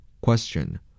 Question